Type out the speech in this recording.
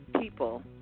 people